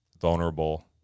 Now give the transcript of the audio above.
vulnerable